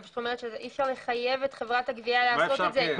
אך אי אפשר לחייב את חברת הגבייה לעשות את זה.